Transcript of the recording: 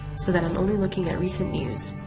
so that i'm only looking at recent news.